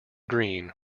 green